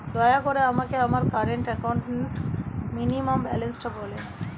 দয়া করে আমাকে আমার কারেন্ট অ্যাকাউন্ট মিনিমাম ব্যালান্সটা বলেন